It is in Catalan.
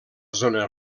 zona